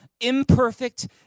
imperfect